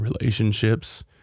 relationships